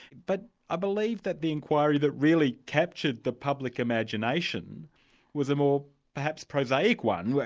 but i believe that the inquiry that really captured the public imagination was a more perhaps prosaic one,